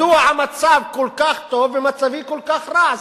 מדוע המצב כל כך טוב ומצבי כל כך רע?